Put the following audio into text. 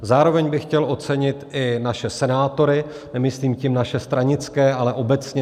Zároveň bych chtěl ocenit i naše senátory nemyslím tím naše stranické, ale obecně